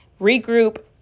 regroup